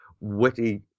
witty